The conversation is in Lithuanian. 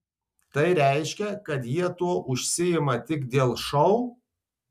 tai reiškia kad jie tuo užsiima tik dėl šou